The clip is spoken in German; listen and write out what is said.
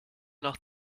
nach